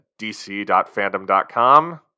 dc.fandom.com